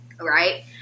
right